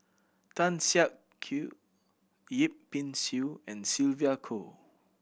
Tan Siak Kew Yip Pin Xiu and Sylvia Kho